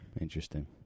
Interesting